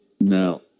No